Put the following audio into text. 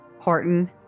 Horton